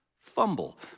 fumble